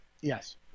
Yes